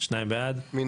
0